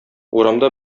урамда